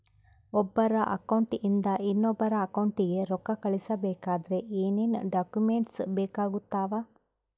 ಒಬ್ಬರ ಅಕೌಂಟ್ ಇಂದ ಇನ್ನೊಬ್ಬರ ಅಕೌಂಟಿಗೆ ರೊಕ್ಕ ಕಳಿಸಬೇಕಾದ್ರೆ ಏನೇನ್ ಡಾಕ್ಯೂಮೆಂಟ್ಸ್ ಬೇಕಾಗುತ್ತಾವ?